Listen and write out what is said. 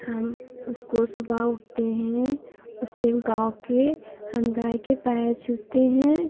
हम उसको सुबह उठते हैं उसके गाँव के हम गाय के पैर छूते हैं